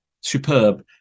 superb